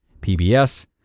PBS